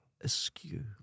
askew